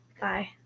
Bye